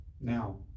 now